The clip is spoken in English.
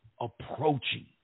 approaching